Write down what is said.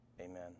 amen